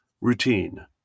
Routine